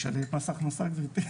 תשאלי את מס הכנסה גבירתי.